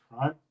right